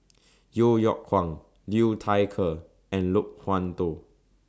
Yeo Yeow Kwang Liu Thai Ker and Loke Wan Tho